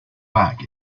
back